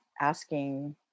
asking